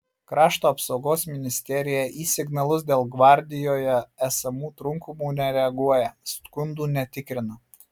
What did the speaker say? krašto apsaugos ministerija į signalus dėl gvardijoje esamų trūkumų nereaguoja skundų netikrina